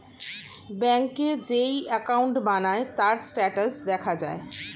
ব্যাংকে যেই অ্যাকাউন্ট বানায়, তার স্ট্যাটাস দেখা যায়